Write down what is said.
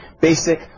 basic